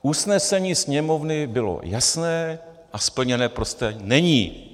Usnesení Sněmovny bylo jasné a splněné prostě není.